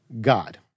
God